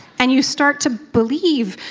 and you start to believe,